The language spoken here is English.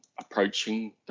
approaching